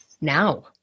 now